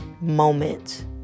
moment